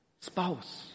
spouse